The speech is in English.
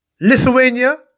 Lithuania